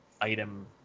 item